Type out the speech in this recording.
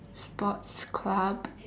sports club